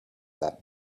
that